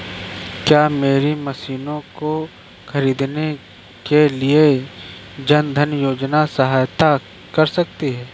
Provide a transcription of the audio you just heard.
क्या मेरी मशीन को ख़रीदने के लिए जन धन योजना सहायता कर सकती है?